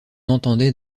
entendait